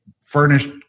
furnished